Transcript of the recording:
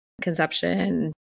conception